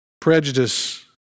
prejudice